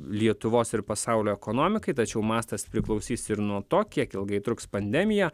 lietuvos ir pasaulio ekonomikai tačiau mastas priklausys ir nuo to kiek ilgai truks pandemija